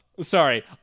Sorry